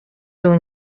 był